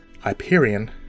Hyperion